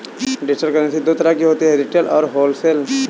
digital currency दो तरह की होती है रिटेल और होलसेल